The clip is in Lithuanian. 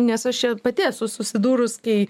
nes aš čia pati esu susidūrus kai